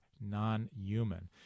non-human